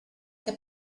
què